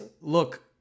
look